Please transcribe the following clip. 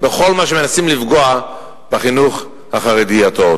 בכל מה שמנסים לפגוע בחינוך החרדי הטהור.